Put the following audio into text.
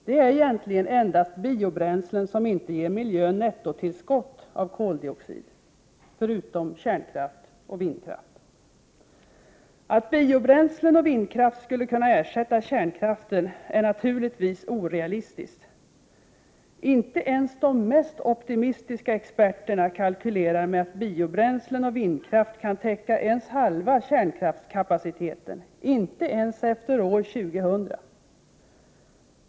Det är egentligen endast biobränslen som inte ger miljön nettotillskott av koldioxid, förutom kärnkraft och vindkraft. Att biobränslen och vindkraft skulle kunna ersätta kärnkraften är naturligtvis orealistiskt. Inte ens de mest optimistiska experterna kalkylerar med möjligheten att biobränslen och vindkraft kan täcka ens halva kärnkraftskapaciteten — inte ens efter år 2000.